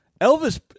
Elvis